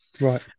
Right